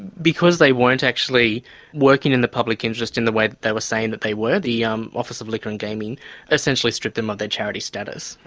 because they weren't actually working in the public interest in the way that they were saying that they were, the um office of liqueur and gaming essentially stripped them of their charity status.